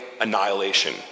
annihilation